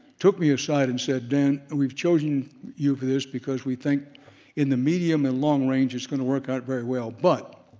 took me aside and said, dan, we've chosen you for this because we think in the medium and long-range it's going to work out very well. but,